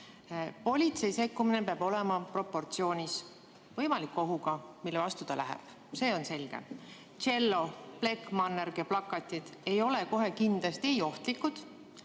Politsei sekkumine peab olema proportsioonis võimaliku ohuga, mille vastu ta läheb. See on selge. Tšello, plekkmannerg ja plakatid ei ole kohe kindlasti ohtlikud,